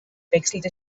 wechselte